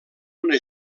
una